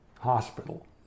hospital